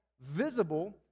visible